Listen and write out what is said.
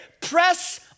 press